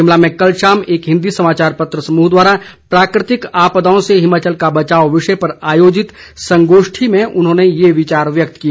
शिमला में कल शाम एक हिंदी समाचार पत्र समूह द्वारा प्राकृतिक आपदाओं से हिमाचल का बचाव विषय पर आयोजित संगोष्ठी में उन्होंने ये विचार व्यक्त किए